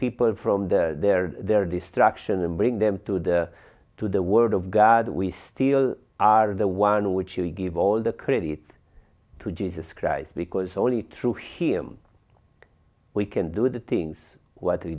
people from the their their destruction and bring them to the to the word of god we still are the one which we give all the credit to jesus christ because only through him we can do the things what